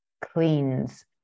cleans